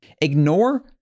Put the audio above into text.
Ignore